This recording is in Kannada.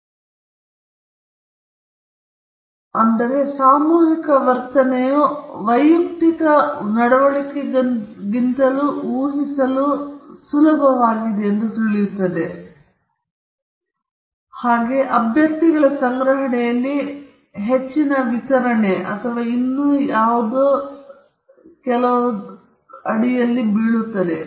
ಆದರೆ ಒಬ್ಬ ಅನುಭವಿ ಶಿಕ್ಷಕ ನಿಮಗೆ ವಿದ್ಯಾರ್ಥಿಗಳ ಸಂಗ್ರಹವನ್ನು ಹೊಂದಿರುವಾಗ ಅವರ ನಡವಳಿಕೆಯು ಊಹಿಸಲು ಸುಲಭವಾಗಿದೆ ಅವರ ಸಾಮೂಹಿಕ ವರ್ತನೆಯು ವೈಯಕ್ತಿಕ ನಡವಳಿಕೆಗಿಂತಲೂ ಊಹಿಸಲು ಸುಲಭವಾಗಿದೆ ಎಂದು ತಿಳಿಯುತ್ತದೆ ಏಕೆಂದರೆ ವ್ಯಕ್ತಿಗಳ ಸಂಗ್ರಹಣೆಯಲ್ಲಿ ಹೆಚ್ಚಿನವುಗಳು ಒಂದು ವಿತರಣಾ ಅಥವಾ ಇನ್ನೊಂದರಡಿಯಲ್ಲಿ ಅಥವಾ ಅದರ ಮೇಲೆ ಬೀಳುತ್ತವೆ